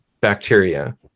bacteria